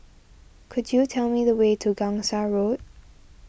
could you tell me the way to Gangsa Road